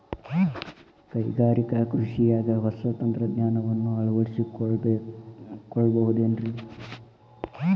ಕೈಗಾರಿಕಾ ಕೃಷಿಯಾಗ ಹೊಸ ತಂತ್ರಜ್ಞಾನವನ್ನ ಅಳವಡಿಸಿಕೊಳ್ಳಬಹುದೇನ್ರೇ?